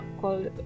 called